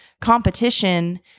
Competition